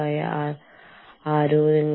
നിങ്ങൾ എങ്ങനെയാണ് ഈ പ്രശ്നം കൈകാര്യം ചെയ്യുന്നത്